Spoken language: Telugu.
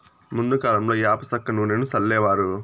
ముందు కాలంలో యాప సెక్క నూనెను సల్లేవారు